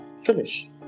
Finish